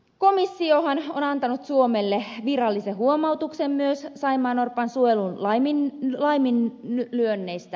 komissiohan on antanut suomelle virallisen huomautuksen myös saimaannorpan suojelun laiminlyönneistä aiemmin